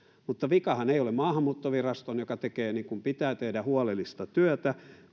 vikahan ei ole maahanmuuttoviraston joka tekee niin kuin pitää tehdä huolellista työtä